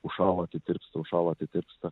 užšąla atitirpsta užšąla atitirpsta